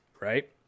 Right